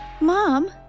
Mom